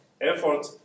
effort